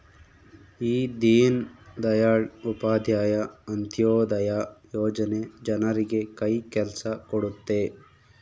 ಈ ದೀನ್ ದಯಾಳ್ ಉಪಾಧ್ಯಾಯ ಅಂತ್ಯೋದಯ ಯೋಜನೆ ಜನರಿಗೆ ಕೈ ಕೆಲ್ಸ ಕೊಡುತ್ತೆ